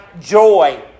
joy